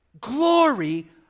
Glory